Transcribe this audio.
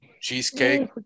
Cheesecake